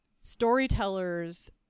storytellers